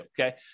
okay